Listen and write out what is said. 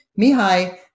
Mihai